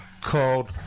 called